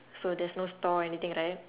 so there's no store anything right